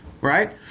right